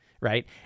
right